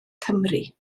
cymru